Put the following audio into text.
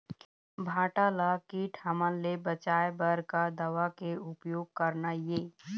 भांटा ला कीट हमन ले बचाए बर का दवा के उपयोग करना ये?